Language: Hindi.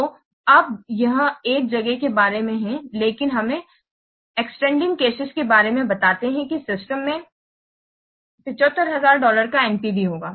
तो अब यह एक जगह के बारे में है लेकिन हमें एक्सटेंडिंग केस के बारे में बताते हैं कि सिस्टम में 75000 डॉलर का NPV होगा